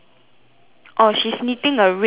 oh she's knitting a red sock ah